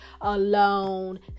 alone